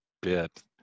bit